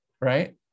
Right